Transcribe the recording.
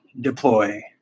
deploy